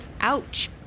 ouch